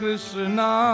Krishna